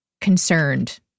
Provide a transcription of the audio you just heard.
concerned